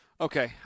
Okay